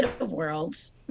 worlds